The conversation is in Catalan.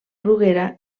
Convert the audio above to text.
bruguera